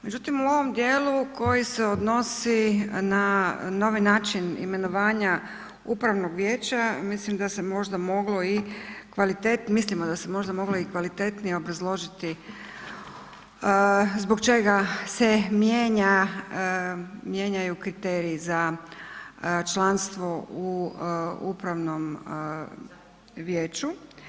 Međutim, u ovom dijelu koji se odnosi na novi način imenovanja upravnog vijeća mislim da se možda moglo i kvalitetnije, mislimo da se možda moglo i kvalitetnije obrazložiti zbog čega se mijenja, mijenjaju kriteriji za članstvo u upravnom vijeću.